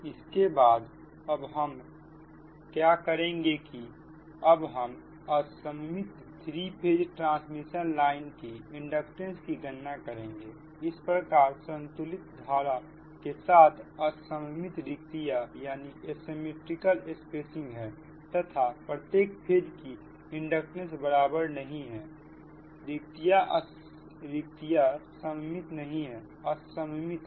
इसके बाद हम अब क्या करेंगे कि अब हम असममित 3 फेज ट्रांसमिशन लाइन की इंडक्टेंस की गणना करेंगे इस प्रकार संतुलित धारा के साथ असममित रिक्तियां है तथा प्रत्येक फेज की इंडक्टेंस बराबर नहीं है रिक्तिया सममित नहीं है असममित है